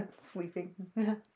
Sleeping